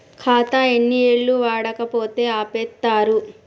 ఖాతా ఎన్ని ఏళ్లు వాడకపోతే ఆపేత్తరు?